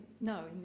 No